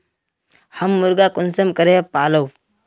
हम मुर्गा कुंसम करे पालव?